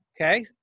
okay